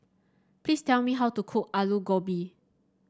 please tell me how to cook Alu Gobi